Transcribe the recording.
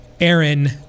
Aaron